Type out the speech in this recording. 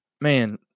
man